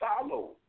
follow